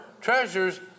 treasures